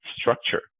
structure